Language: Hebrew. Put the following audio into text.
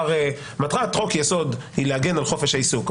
מטרת חוק-יסוד היא להגן על חופש העיסוק,